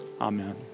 Amen